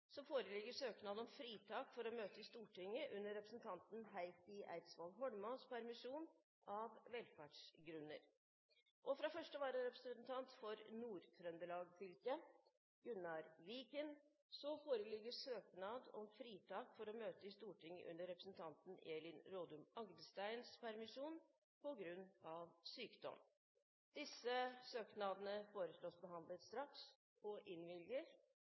foreligger søknad om fritak for å møte i Stortinget under representanten Heikki Eidsvoll Holmås’ permisjon, av velferdsgrunner. Fra første vararepresentant for Nord-Trøndelag fylke, Gunnar Viken, foreligger søknad om fritak for å møte i Stortinget under representanten Elin Rodum Agdesteins permisjon, på grunn av sykdom. Etter forslag fra presidenten ble enstemmig besluttet: Søknadene behandles straks og